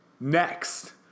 Next